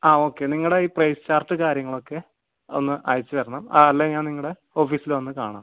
ആ ഓക്കെ നിങ്ങളുടെ ഈ പ്രൈസ് ചാർട്ട് കാര്യങ്ങളൊക്കെ ഒന്ന് അയച്ചു തരണം അല്ലെങ്കിൽ ഞാൻ നിങ്ങളുടെ ഓഫീസിൽ വന്നു കാണാം